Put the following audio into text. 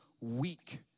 weak